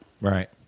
Right